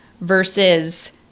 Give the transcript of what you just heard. versus